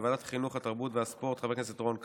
בוועדת החינוך, התרבות והספורט, חבר הכנסת רון כץ,